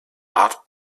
art